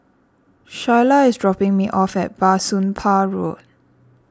Shyla is dropping me off at Bah Soon Pah Road